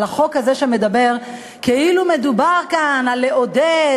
החוק הזה שכאילו מדובר בו על לעודד,